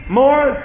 more